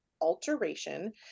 alteration